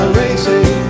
racing